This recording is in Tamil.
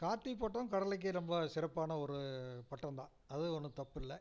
கார்த்திகை பட்டம் கடலைக்கு ரொம்ப சிறப்பான ஒரு பட்டம் தான் அது ஒன்றும் தப்பில்லை